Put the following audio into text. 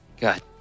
god